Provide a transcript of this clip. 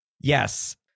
Yes